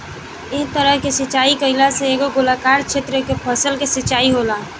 एह तरह के सिचाई कईला से एगो गोलाकार क्षेत्र के फसल के सिंचाई होला